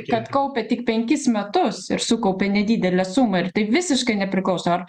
kad kaupė tik penkis metus ir sukaupė nedidelę sumą ir tai visiškai nepriklauso ar